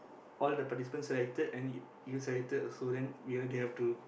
all the participants selected and you you selected also then you you have to